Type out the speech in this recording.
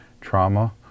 trauma